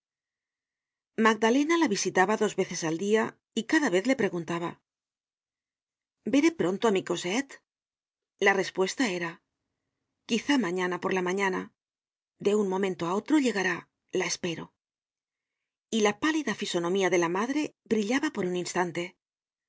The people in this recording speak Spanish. magdalena la visitaba dos veces al dia y cada vez le preguntaba veré pronto á mi cosette la respuesta era quizá mañana por la mañana de un momento á otro llegará la espero y la pálida fisonomía de la madre brillaba por un instante